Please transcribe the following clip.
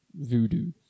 voodoo